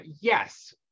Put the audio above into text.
yes